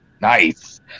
Nice